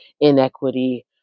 inequity